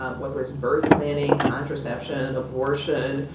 um whether it's birth planning, contraception, abortion,